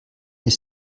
ist